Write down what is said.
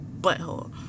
butthole